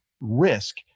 risk